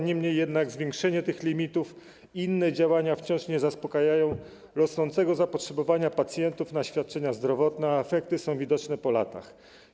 Niemniej jednak zwiększenie tych limitów i inne działania wciąż nie zaspokajają rosnącego zapotrzebowania pacjentów na świadczenia zdrowotne, a efekty są widoczne po latach.